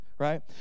Right